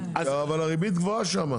נכון, הריבית גבוהה שם.